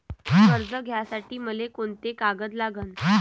कर्ज घ्यासाठी मले कोंते कागद लागन?